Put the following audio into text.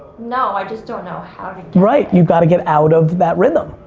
no, i just don't know how right, you've got to get out of that rhythm.